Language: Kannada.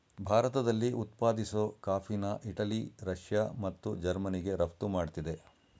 ಭಾರತದಲ್ಲಿ ಉತ್ಪಾದಿಸೋ ಕಾಫಿನ ಇಟಲಿ ರಷ್ಯಾ ಮತ್ತು ಜರ್ಮನಿಗೆ ರಫ್ತು ಮಾಡ್ತಿದೆ